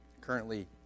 currently